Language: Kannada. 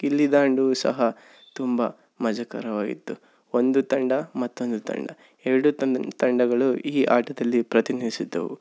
ಗಿಲ್ಲಿದಾಂಡು ಸಹ ತುಂಬ ಮಜಕರವಾಗಿತ್ತು ಒಂದು ತಂಡ ಮತ್ತೊಂದು ತಂಡ ಎರಡು ತಂಡಗಳು ಈ ಆಟದಲ್ಲಿ ಪ್ರತಿನಿಧಿಸಿದ್ದವು